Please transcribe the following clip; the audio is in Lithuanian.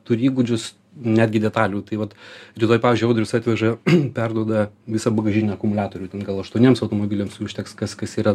turi įgūdžius netgi detalių tai vat rytoj pavyzdžiui audrius atveža perduoda visą bagažinę akumuliatorių ten gal aštuoniems automobiliams užteks kas kas yra